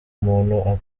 umuntu